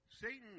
Satan